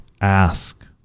ask